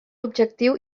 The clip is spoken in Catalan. objectiu